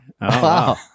wow